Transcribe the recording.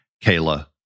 Kayla